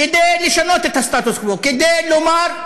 כדי לשנות את הסטטוס קוו, כדי לומר: